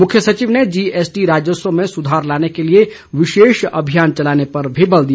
मुख्य सचिव ने जीएसटी राजस्व में सुधार लाने के लिए विशेष अभियान चलाने पर भी बल दिया